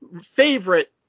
favorite